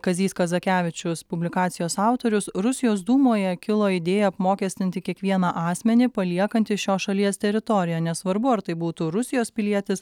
kazys kazakevičius publikacijos autorius rusijos dūmoje kilo idėja apmokestinti kiekvieną asmenį paliekantį šios šalies teritoriją nesvarbu ar tai būtų rusijos pilietis